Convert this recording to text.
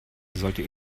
sollte